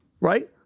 Right